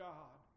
God